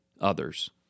others